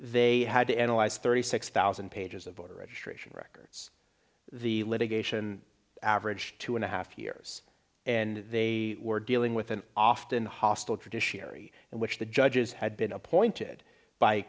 they had to analyze thirty six thousand pages of voter registration records the litigation averaged two and a half years and they were dealing with an often hostile judiciary in which the judges had been appointed by